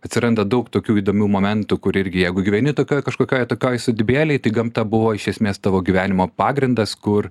atsiranda daug tokių įdomių momentų kur irgi jeigu gyveni tokioj kažkokioj atokioj sodybėlėj tai gamta buvo iš esmės tavo gyvenimo pagrindas kur